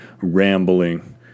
rambling